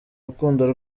rukundo